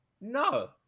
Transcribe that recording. no